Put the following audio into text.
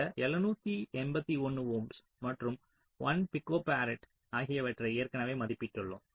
இந்த 781 ஓம்ஸ் மற்றும் 1 பிகோபராட் ஆகியவற்றை ஏற்கனவே மதிப்பிட்டுள்ளோம்